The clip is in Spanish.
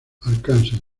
arkansas